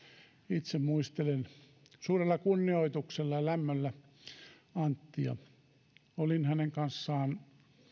itse muistelen suurella kunnioituksella ja lämmöllä anttia olin hänen kanssaan